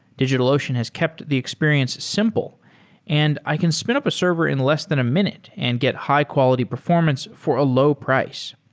digitalocean has kept the experience simple and i can spin up a server in less than a minute and get high quality performance for a low price.